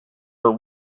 are